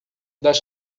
das